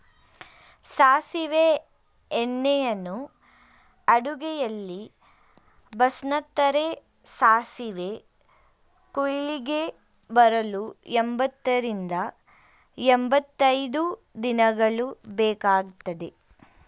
ಸಾಸಿವೆ ಎಣ್ಣೆಯನ್ನು ಅಡುಗೆಯಲ್ಲಿ ಬಳ್ಸತ್ತರೆ, ಸಾಸಿವೆ ಕುಯ್ಲಿಗೆ ಬರಲು ಎಂಬತ್ತರಿಂದ ಎಂಬತೈದು ದಿನಗಳು ಬೇಕಗ್ತದೆ